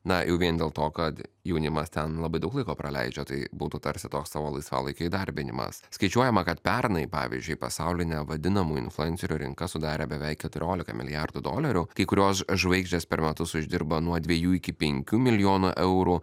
na jau vien dėl to kad jaunimas ten labai daug laiko praleidžia tai būtų tarsi toks savo laisvalaikio įdarbinimas skaičiuojama kad pernai pavyzdžiui pasaulinę vadinamų influencerių rinką sudarė beveik keturiolika milijardų dolerių kai kurios žvaigždės per metus uždirba nuo dviejų iki penkių milijonų eurų